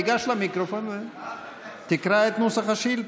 תיגש למיקרופון ותקרא את נוסח השאילתה.